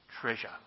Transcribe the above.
treasure